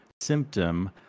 symptom